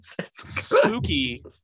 spooky